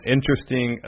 Interesting